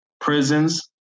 Prisons